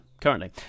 currently